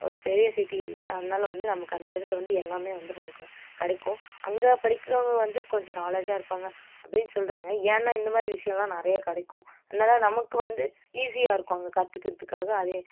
ஒரு பெரிய சிட்டி இல்லை அதனால வந்து நமக்கு அந்த இடத்துல வந்து எல்லாமே வந்து நமக்கு கிடைக்கும் அங்கே படிக்கின்றவங்க வந்து கொஞ்சம் நாலேட்ஜாக இருப்பாங்க அப்படின்னு சொல்கிறாங்க ஏன்னால் இந்த மாதிரி விஷயம்லாம் நிறையா கிடைக்கும் அதனால நமக்கு வந்து ஈஸியாக இருக்கும் அங்கே கற்றுக்கறதுக்காக அதே